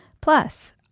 Plus